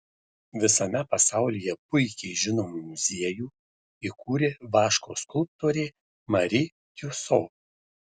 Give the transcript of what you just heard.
visame pasaulyje puikiai žinomą muziejų įkūrė vaško skulptorė mari tiuso